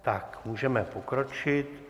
Tak můžeme pokročit.